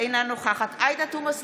אינה נוכחת עאידה תומא סלימאן,